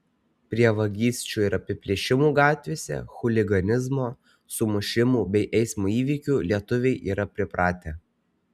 prie vagysčių ir apiplėšimų gatvėse chuliganizmo sumušimų bei eismo įvykių lietuviai yra pripratę